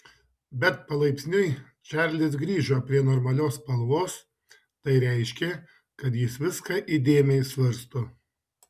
bet palaipsniui čarlis grįžo prie normalios spalvos tai reiškė kad jis viską įdėmiai svarsto